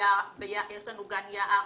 יש לנו "גן יער",